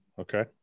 Okay